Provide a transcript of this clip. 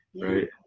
right